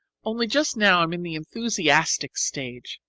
only just now i'm in the enthusiastic stage.